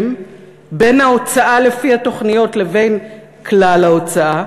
בין ההוצאה לפי התוכניות לבין כלל ההוצאה,